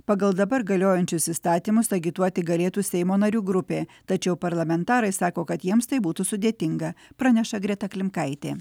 pagal dabar galiojančius įstatymus agituoti galėtų seimo narių grupė tačiau parlamentarai sako kad jiems tai būtų sudėtinga praneša greta klimkaitė